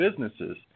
businesses